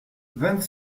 vingt